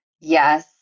Yes